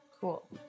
cool